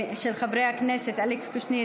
של חברי הכנסת אלכס קושניר,